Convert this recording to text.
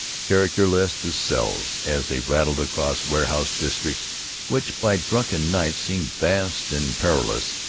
characterless as cells, as they rattled across warehouse-districts which by drunken night seemed vast and perilous,